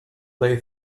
they